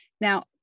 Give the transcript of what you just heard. Now